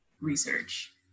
research